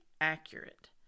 accurate